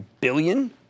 billion